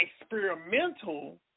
experimental